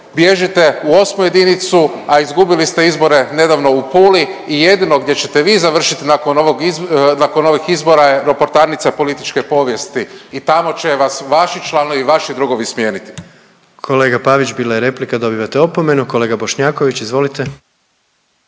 bježite u VIII. jedinicu, a izgubili ste izbore nedavno u Puli i jedino gdje ćete vi završit nakon ovih izbora je ropotarnica političke povijesti i tamo će vas vaši članovi i vaši drugovi smijeniti. **Jandroković, Gordan (HDZ)** Kolega Pavić, bila je replika, dobivate opomenu. Kolega Bošnjaković, izvolite.